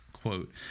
Quote